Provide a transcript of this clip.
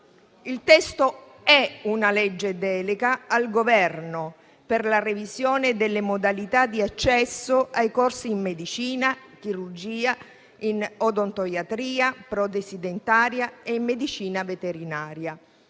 Il testo è una legge delega al Governo per la revisione delle modalità di accesso ai corsi di medicina e chirurgia, in odontoiatria e protesi dentaria e in medicina veterinaria.